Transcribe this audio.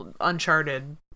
uncharted